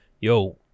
yo